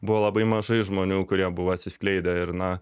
buvo labai mažai žmonių kurie buvo atsiskleidę ir na